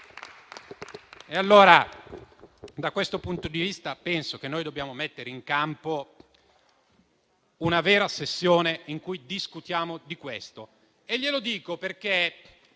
Da questo punto di vista, penso che noi dobbiamo mettere in campo una vera sessione in cui discutiamo di questo. Glielo dico perché